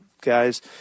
guys